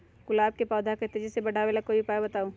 गुलाब के पौधा के तेजी से बढ़ावे ला कोई उपाये बताउ?